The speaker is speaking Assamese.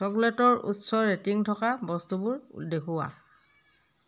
চকলেটৰ উচ্চ ৰেটিং থকা বস্তুবোৰ দেখুওৱা